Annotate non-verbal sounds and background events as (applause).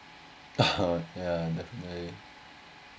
(laughs) yeah definitely